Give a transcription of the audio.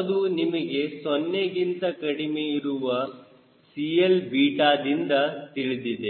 ಅದು ನಿಮಗೆ 0 ಗಿಂತ ಕಡಿಮೆ ಇರುವ CLದಿಂದ ತಿಳಿದಿದೆ